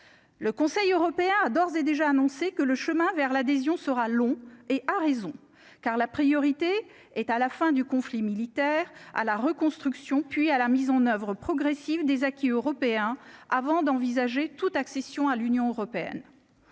Le Conseil européen a d'ores et déjà annoncé que le chemin vers l'adhésion sera long et à raison, car la priorité est à la fin du conflit militaire à la reconstruction, puis à la mise en oeuvre progressive des acquis européens avant d'envisager toute accession à l'Union européenne,